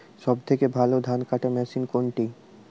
সবথেকে ভালো ধানকাটা মেশিন কোনটি?